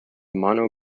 mono